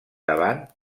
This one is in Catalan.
davant